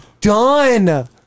done